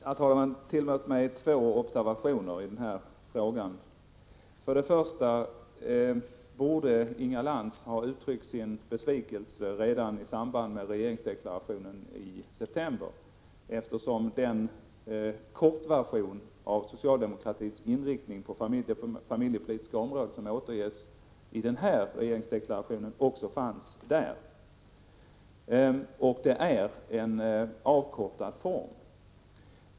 Herr talman! Tillåt mig göra några observationer i denna fråga. Först och främst borde Inga Lantz ha uttryckt sin besvikelse redan i samband med regeringsdeklarationen i september, eftersom den kortversion av socialdemokratins inriktning på det familjepolitiska området som återges i den senaste regeringsdeklarationen fanns med också där.